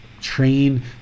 train